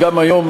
גם היום,